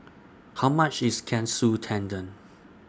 How much IS Katsu Tendon